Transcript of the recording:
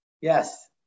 Yes